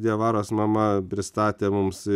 diavaros mama pristatė mums